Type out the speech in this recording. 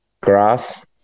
grass